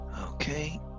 Okay